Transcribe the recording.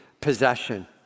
possession